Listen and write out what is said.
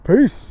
Peace